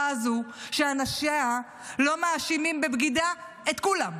הזו שאנשיו לא מאשימים בבגידה את כולם.